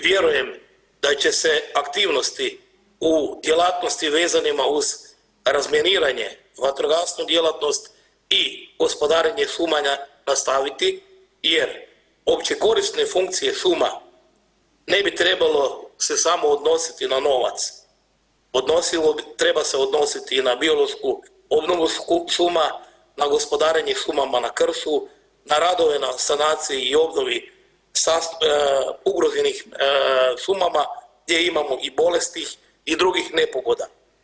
Vjerujem da će se aktivnosti u djelatnostima vezanim uz razminiranje, vatrogasnu djelatnost i gospodarenje šumama nastaviti jer općekorisne funkcije šuma ne bi trebalo se samo odnositi na novac, odnosilo treba se odnositi i na biološku obnovu šuma, na gospodarenje šumama na kršu, na radove na sanaciji i obnovi ugroženih šumama gdje imamo i bolesti i drugih nepogoda.